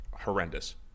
horrendous